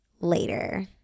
later